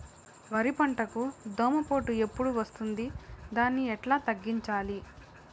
వరి పంటకు దోమపోటు ఎప్పుడు వస్తుంది దాన్ని ఎట్లా తగ్గించాలి?